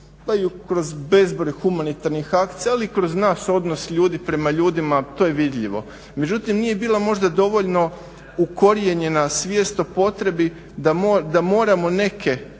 kroz bezbroj humanitarnih akcija, ali i kroz nas odnos ljudi prema ljudima to je vidljivo. Međutim, nije bila možda dovoljno ukorijenjena svijest o potrebi da moramo neke